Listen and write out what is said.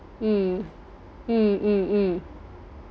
mm mm mm mm